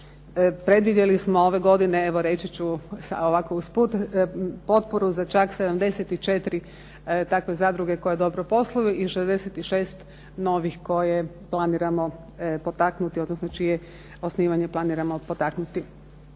evo reći ću ovako usput potporu za čak 74 takve zadruge koje dobro posluju i 66 novih koje planiramo potaknuti, odnosno čije osnivanje planiramo potaknuti.